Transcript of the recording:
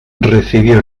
recibió